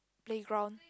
playground